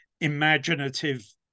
imaginative